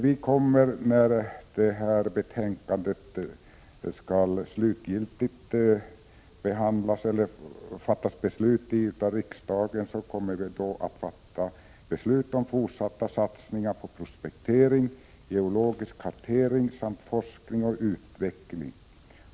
När riksdagen kommer att fatta beslut om detta betänkande blir det ett beslut om fortsatta satsningar på prospektering, geologisk kartering samt forskning och utveckling.